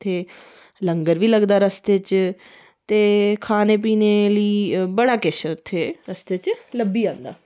के लंगर बी लगदा रस्ते बिच ते खाने पीने लेई बड़ा किश ऐ उत्थै रस्ते च लब्भी जंदा